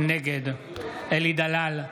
נגד אלי דלל,